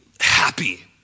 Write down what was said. happy